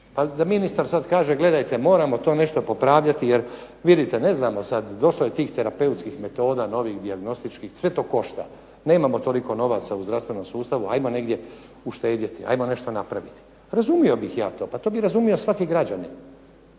da ministar sad kaže, gledajte moramo to nešto popravljati jer vidite ne znamo sad došlo je tih terapeutskih metoda, novih dijagnostičkih sve to košta. Nemamo toliko novaca u zdravstvenom sustavu. Hajmo negdje uštedjeti. Hajmo nešto napraviti. Razumio bih ja to. Pa to bi razumio svaki građanin